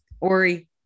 Ori